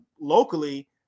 locally